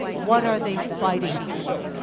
what are they fighting for?